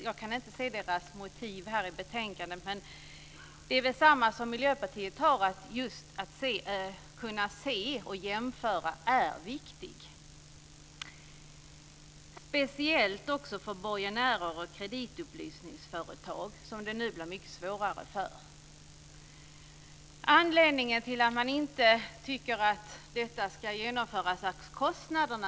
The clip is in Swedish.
Jag kan inte se deras motiv här i betänkandet, men det är väl detsamma som Miljöpartiets, nämligen att det är viktigt att kunna se och jämföra, speciellt för borgenärer och kreditupplysningsföretag som det nu blir mycket svårare för. Anledningen till att man inte tycker att detta ska genomföras är kostnaderna.